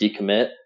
decommit